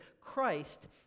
Christ